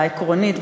והעקרונית,